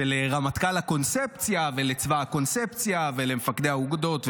שלרמטכ"ל הקונספציה ולצבא הקונספציה ולמפקדי האוגדות,